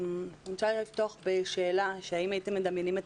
אני רוצה לפתוח בשאלה - האם הייתם מדמיינים את